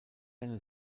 eine